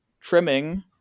trimming